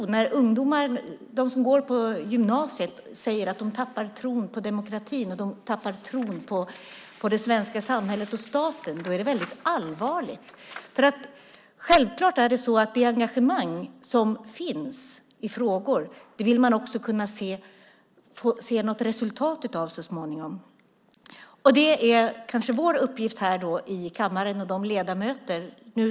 När de som går på gymnasiet säger att de tappar tron på demokratin, det svenska samhället och staten är det väldigt allvarligt. Självklart vill man kunna se något resultat så småningom av det engagemang som finns i olika frågor. Det är kanske vår uppgift här i kammaren, ledamöternas uppgift.